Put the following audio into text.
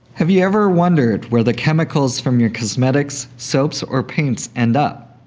have you ever wondered where the chemicals from your cosmetics, soaps or paints end up?